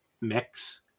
mix